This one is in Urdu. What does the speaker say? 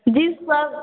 جی سب